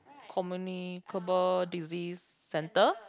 Communicable Disease Centre